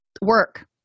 work